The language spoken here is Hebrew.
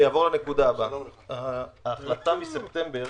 ההחלטה מספטמבר